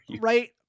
right